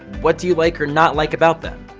what do you like or not like about them?